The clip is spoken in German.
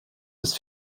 des